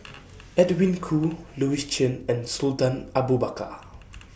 Edwin Koo Louis Chen and Sultan Abu Bakar